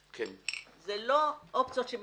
זה לא אופציות שמתחלפות.